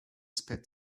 spit